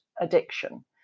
addiction